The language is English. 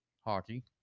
Hockey